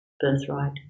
Birthright